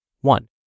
One